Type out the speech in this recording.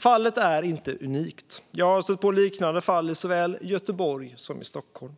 Fallet är inte unikt; jag har stött på liknande fall i såväl Göteborg som Stockholm.